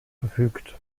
verfügt